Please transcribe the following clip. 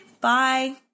Bye